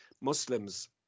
Muslims